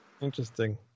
interesting